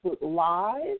Live